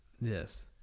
yes